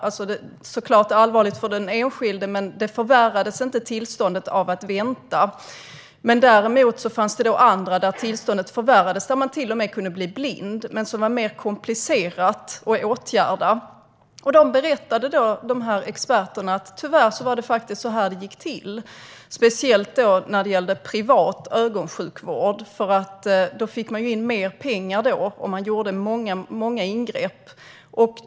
Det är såklart allvarligt för den enskilde, men tillståndet förvärrades inte av att man fick vänta. Däremot fanns det andra åkommor där tillståndet förvärrades och patienter till och med kunde bli blinda, men som var mer komplicerade att åtgärda. Ögonspecialisterna berättade att tyvärr var det så här det gick till, speciellt när det gällde privat ögonsjukvård, för man fick ju in mer pengar om man gjorde många ingrepp.